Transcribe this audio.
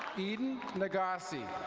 eden nagasse.